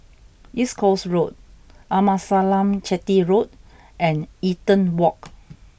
East Coast Road Amasalam Chetty Road and Eaton Walk